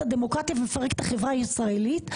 את הדמוקרטיה ומפרקת את החברה הישראלית,